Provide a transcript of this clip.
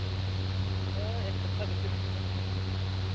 ᱳᱭ ᱮᱠ ᱥᱯᱛᱟᱦᱚ ᱵᱷᱤᱛᱤᱨ ᱨᱮ ᱦᱤᱡᱩᱜᱼᱟ